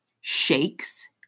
shakes